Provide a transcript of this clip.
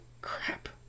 Crap